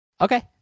Okay